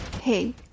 Hey